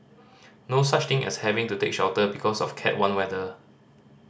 no such thing as having to take shelter because of cat one weather